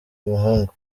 umuhungu